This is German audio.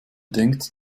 denkt